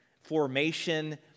formation